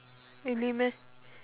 really meh